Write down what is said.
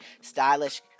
stylish